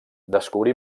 descobrí